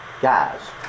Guys